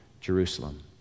Jerusalem